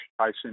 Tyson